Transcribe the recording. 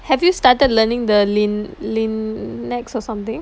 have you started learning the lin~ lin~ nex or something